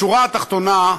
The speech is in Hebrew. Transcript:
בשורה התחתונה,